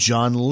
John